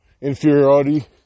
inferiority